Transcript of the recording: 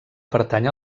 pertany